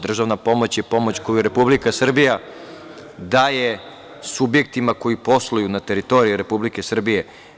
Državna pomoć je pomoć koju Republika Srbija daje subjektima koji posluju na teritoriji Republike Srbije.